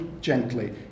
gently